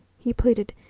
he pleaded.